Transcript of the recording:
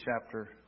chapter